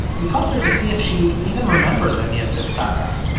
we called her to see if she even remembers any of this saga.